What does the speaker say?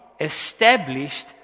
established